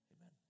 amen